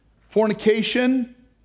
fornication